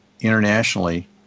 internationally